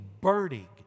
burning